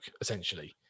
essentially